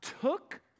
took